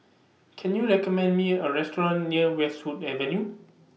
Can YOU recommend Me A Restaurant near Westwood Avenue